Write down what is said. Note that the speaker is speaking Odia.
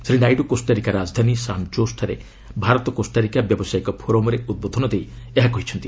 ଶ୍ରୀ ନାଇଡୁ କୋଷ୍ଟାରିକା ରାଜଧାନୀ ସାନ୍ ଜୋସ୍ଠାରେ ଭାରତ କୋଷ୍ଟାରିକା ବ୍ୟବସାୟିକ ଫୋରମ୍ରେ ଉଦ୍ବୋଧନ ଦେଇ ଏହା କହିଛନ୍ତି